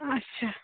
اچھا